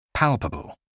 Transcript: Palpable